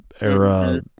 era